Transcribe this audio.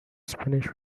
spanish